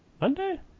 Monday